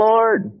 Lord